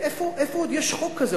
איפה עוד יש חוק כזה?